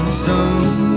stone